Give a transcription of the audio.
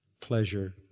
pleasure